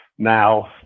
Now